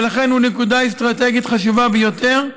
ולכן הוא נקודה אסטרטגית חשובה ביותר.